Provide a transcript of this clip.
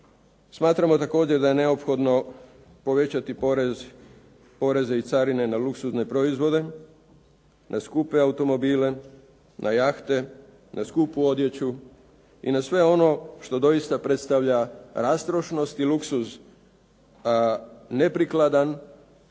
Smatramo također da je neophodno povećati poreze i carine na luksuzne proizvode, na skupe automobile, na jahte, na skupu odjeću i na sve ono što doista predstavlja rastrošnost i luksuz neprikladan